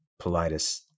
Politis